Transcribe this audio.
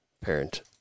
parent